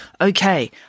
Okay